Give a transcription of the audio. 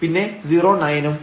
പിന്നെ 09ഉം